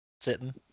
sitting